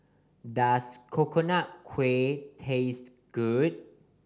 does Coconut Kuih taste good